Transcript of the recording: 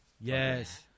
Yes